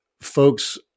folks